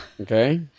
Okay